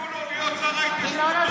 הציעו לו להיות שר ההתיישבות, אתה לא מתבייש?